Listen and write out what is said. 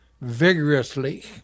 vigorously